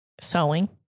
Sewing